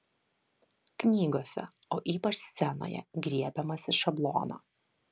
knygose o ypač scenoje griebiamasi šablono